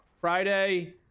Friday